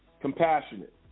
compassionate